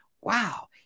Wow